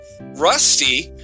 Rusty